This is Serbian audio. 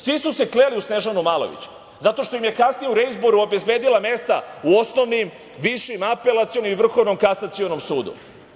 Svi su se kleli u Snežanu Malović, zato što im je kasnije u reizboru obezbedila mesta u osnovnim, višim, apelacionim i Vrhovnom kasacionom sudu.